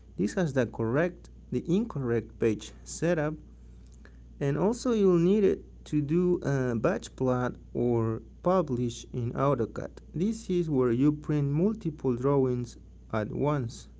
this has the correct, the incorrect page setup and also you will need it to do a batch plot or publish in autocad. this is where you print multiple drawings at once.